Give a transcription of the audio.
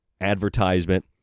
advertisement